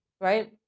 right